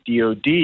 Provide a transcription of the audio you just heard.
DOD